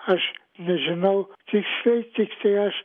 aš nežinau tiksliai tiktai aš